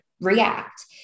react